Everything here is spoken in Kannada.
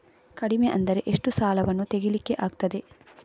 ಕಡಿಮೆ ಅಂದರೆ ಎಷ್ಟು ಸಾಲವನ್ನು ತೆಗಿಲಿಕ್ಕೆ ಆಗ್ತದೆ?